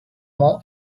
more